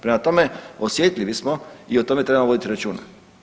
Prema tome, osjetljivi smo i o tome treba voditi računa.